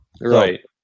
Right